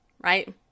Right